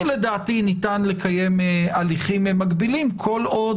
לדעתי ניתן לקיים הליכים מקבילים כל עוד